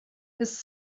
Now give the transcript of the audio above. his